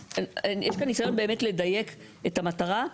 יש כאן ניסיון באמת לדייק את המטרה.